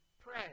pray